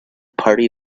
party